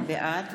בעד